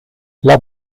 las